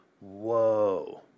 whoa